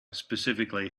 specifically